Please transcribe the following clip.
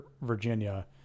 Virginia